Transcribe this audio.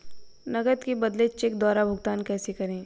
नकद के बदले चेक द्वारा भुगतान कैसे करें?